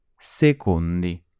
Secondi